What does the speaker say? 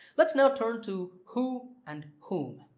let's now turn to who and whom.